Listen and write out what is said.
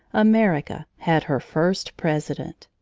america had her first president!